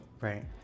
Right